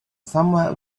somewhere